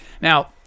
Now